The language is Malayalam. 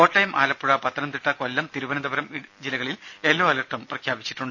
കോട്ടയം ആലപ്പുഴ പത്തനംതിട്ട കൊല്ലം തിരുവനന്തപുരം ജില്ലകളിൽ യെല്ലോ അലർട്ടും പ്രഖ്യാപിച്ചു